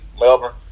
Melbourne